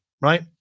right